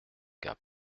gap